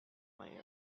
might